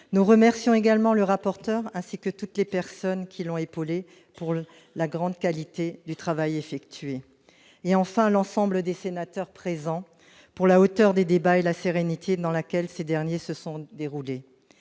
Il remercie également le rapporteur, ainsi que toutes les personnes qui l'ont épaulé, de la grande qualité du travail réalisé. Je ne saurais oublier l'ensemble des sénateurs présents pour la hauteur des débats et la sérénité dans laquelle ces derniers se sont déroulés.